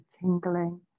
tingling